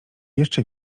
jeszcze